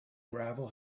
gravel